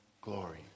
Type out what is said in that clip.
glory